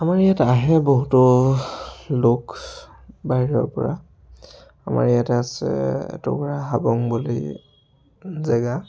আমাৰ ইয়াত আহে বহুতো লোক বাহিৰৰ পৰা আমাৰ ইয়াত আছে এটুকুৰা হাবুং বুলি জেগা